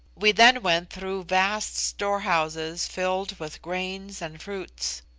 we then went through vast storehouses filled with grains and fruits.